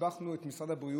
שיבחנו מאוד את משרד הבריאות,